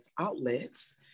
outlets